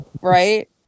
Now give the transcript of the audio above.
Right